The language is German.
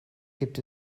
gibt